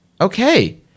Okay